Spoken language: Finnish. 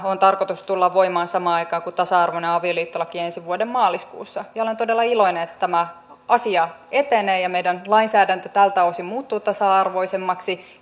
on tarkoitus tulla voimaan samaan aikaan kuin tasa arvoinen avioliittolaki ensi vuoden maaliskuussa olen todella iloinen että tämä asia etenee ja meidän lainsäädäntö tältä osin muuttuu tasa arvoisemmaksi